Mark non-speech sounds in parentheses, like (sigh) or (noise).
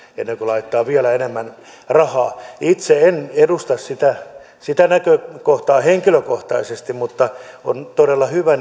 ennen kuin laittaa vielä enemmän rahaa itse en edusta sitä sitä näkökohtaa henkilökohtaisesti mutta on todella hyvä (unintelligible)